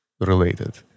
related